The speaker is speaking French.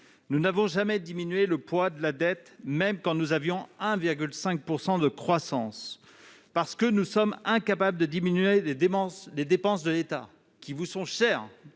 nous n'avons jamais réduit le poids de la dette, même quand nous avions 1,5 % de croissance, parce que nous sommes incapables de diminuer les dépenses de l'État qui vous sont chères,